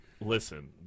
Listen